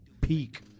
peak